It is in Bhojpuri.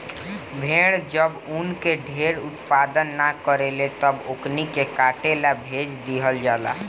भेड़ जब ऊन के ढेर उत्पादन न करेले तब ओकनी के काटे ला भेज दीहल जाला